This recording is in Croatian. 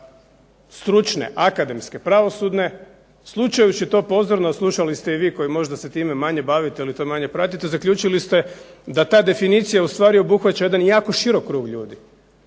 stručne, akademske, pravosudne, slušajući to pozorno, slušali ste i vi koji možda se time manje bavite ili manje pratite, zaključili ste da ta definicija ustvari obuhvaća jedan širok krug ljudi.